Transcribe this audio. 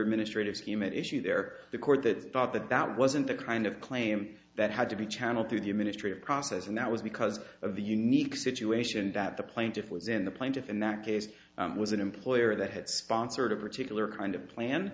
administrative scheme at issue there the court that thought that that wasn't the kind of claim that had to be channeled through the administrative process and that was because of the unique situation that the plaintiff was in the plaintiff in that case was an employer that had sponsored a particular kind of plan